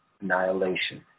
annihilation